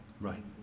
right